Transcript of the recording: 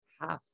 half